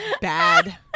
bad